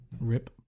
Rip